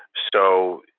so